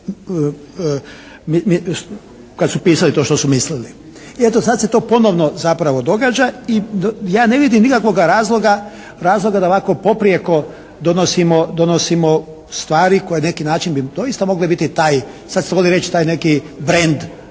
kad su pisali to što su mislili. I eto sad se to ponovo zapravo događa i ja ne vidim nikakvoga razloga da ovako poprijeko donosimo stvari koje na neki način bi doista mogle biti taj, sad se voli reći taj neki brend,